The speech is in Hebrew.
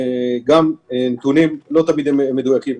גם הנתונים לא תמיד מדויקים.